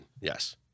Yes